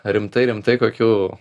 rimtai rimtai kokių